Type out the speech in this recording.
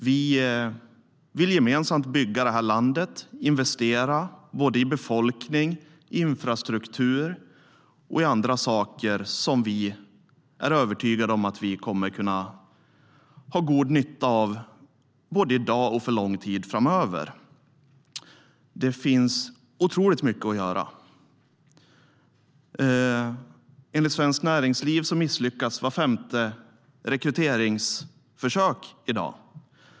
Vi vill gemensamt bygga det här landet och investera i befolkning, infrastruktur och annat som vi är övertygade om att vi kommer att ha god nytta av både i dag och för lång tid framöver. Det finns otroligt mycket att göra. Enligt Svenskt Näringsliv misslyckas vart femte rekryteringsförsök i dag.